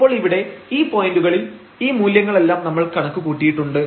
അപ്പോൾ ഇവിടെ ഈ പോയന്റുകളിൽ ഈ മൂല്യങ്ങളെല്ലാം നമ്മൾ കണക്ക് കൂട്ടിയിട്ടുണ്ട്